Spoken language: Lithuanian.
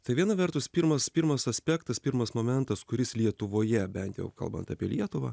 tai viena vertus pirmas pirmas aspektas pirmas momentas kuris lietuvoje bent jau kalbant apie lietuvą